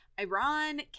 Iran